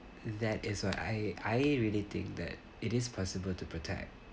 that is what I I really think that it is possible to protect